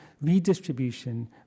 redistribution